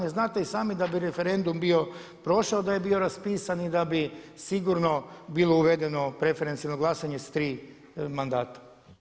Jer znate i sami da bi referendum bio prošao da je bio raspisan i da bi sigurno bilo uvedeno preferencijalno glasanje s tri mandata.